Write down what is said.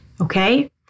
okay